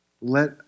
Let